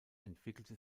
entwickelte